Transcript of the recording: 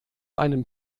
einem